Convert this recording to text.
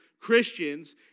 Christians